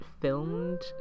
filmed